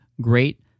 great